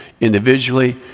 individually